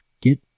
get